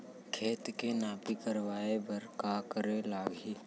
खेत के नापी करवाये बर का करे लागही?